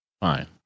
Fine